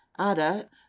Ada